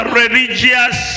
religious